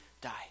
die